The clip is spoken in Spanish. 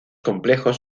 complejos